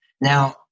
Now